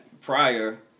prior